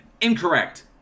Incorrect